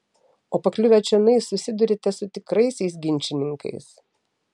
o pakliuvę čionai susiduriate su tikraisiais ginčininkais